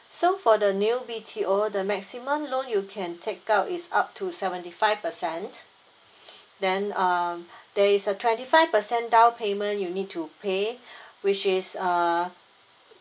so for the new B_T_O the maximum loan you can take out is up to seventy five percent then um there is a twenty five percent down payment you need to pay which is err